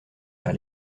vers